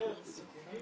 שימזער סיכונים